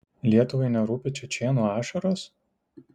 lietuvai nerūpi čečėnų ašaros